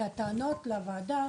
כי הטענות לוועדה,